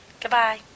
Goodbye